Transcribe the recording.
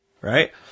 Right